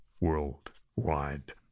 worldwide